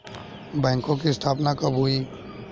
बैंकों की स्थापना कब हुई?